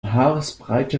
haaresbreite